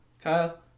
Kyle